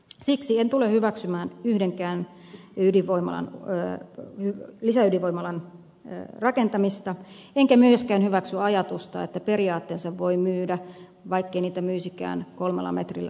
siksi en tule hyväksymään yhdenkään lisäydinvoimalan rakentamista enkä myöskään hyväksy ajatusta että periaatteensa voi myydä vaikkei niitä myisikään kolmella metrillä vaan yhdellä metrillä